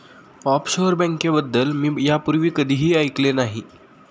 offshore बँकेबद्दल मी यापूर्वी कधीही ऐकले नाही